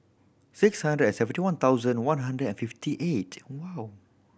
six hundred and seventy one thousand one hundred and fifty eight no